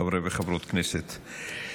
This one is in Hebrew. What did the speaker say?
חברי וחברות הכנסת,